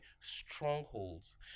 strongholds